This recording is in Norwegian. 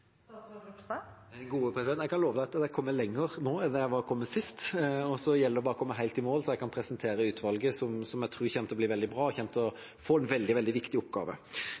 Jeg kan love at jeg er kommet lenger nå enn jeg var sist. Nå gjelder det bare å komme helt i mål, så jeg kan presentere utvalget, som jeg tror kommer til å bli veldig bra, og som kommer til å få en veldig, veldig viktig oppgave.